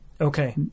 Okay